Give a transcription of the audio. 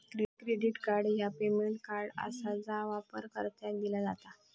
credit card ह्या payment card आसा जा वापरकर्त्यांका दिला जात